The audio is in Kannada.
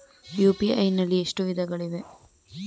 ಯು.ಪಿ.ಐ ನಲ್ಲಿ ಎಷ್ಟು ವಿಧಗಳಿವೆ?